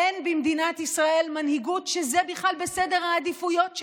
אין במדינת ישראל מנהיגות שזה בכלל בסדר העדיפויות שלה.